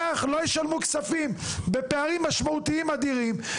כך לא ישלמו כספים בפערים משמעותיים אדירים.